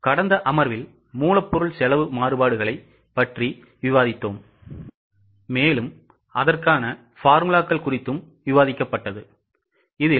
கடந்த அமர்வில் மூலப்பொருள் செலவு மாறுபாடுகளை பற்றி விவாதிக்கப்பட்டுள்ளன மற்றும் சூத்திரங்களையும் விவாதித்தோம்